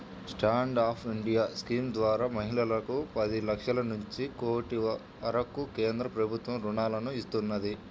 stand up India scheme ద్వారా మహిళలకు పది లక్షల నుంచి కోటి వరకు కేంద్ర ప్రభుత్వం రుణాలను ఇస్తున్నది